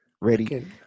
ready